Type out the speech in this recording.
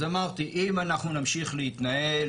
אז אמרתי, אם אנחנו נמשיך להתנהל